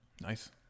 nice